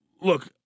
look